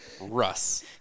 Russ